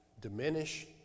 diminish